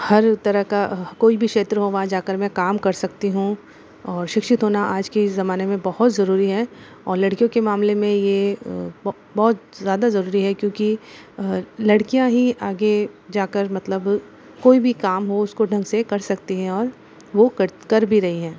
हर तरह का कोई क्षेत्र हो वहाँ जाकर मैं काम कर सकती हूँ और शिक्षित होना आज के इस ज़माने में बहुत जरुरी है और लड़कियों के मामले में ये बहुत ज्यादा जरुरी है क्योंकि लड़कियाँ ही आगे जाकर मतलब कोई भी काम हो उसको ढंग से कर सकती हैं और वो कर कर भी रही हैं